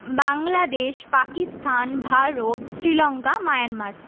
Bangladesh Pakistan Bharat Sri Lanka Myanmar